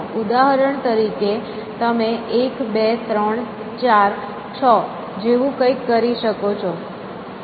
ઉદાહરણ તરીકે તમે 1 2 3 4 6 જેવું કંઈક કરી શકો છો